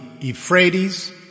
Euphrates